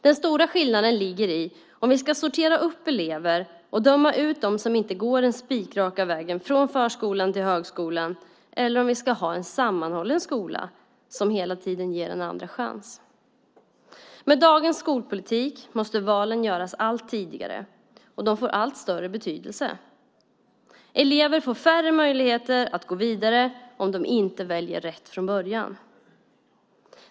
Den stora skillnaden ligger i om vi ska sortera elever och döma ut dem som inte går den spikraka vägen från förskolan till högskolan eller om vi ska ha en sammanhållen skola som hela tiden ger en andra chans. Med dagens skolpolitik måste valen göras allt tidigare, och de får allt större betydelse. Elever får färre möjligheter att gå vidare om de inte väljer rätt från början.